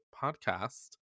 Podcast